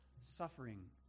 suffering